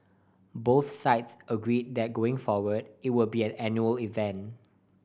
both sides agreed that going forward it would be an annual event